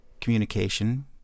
communication